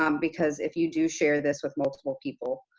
um because if you do share this with multiple people,